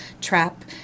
trap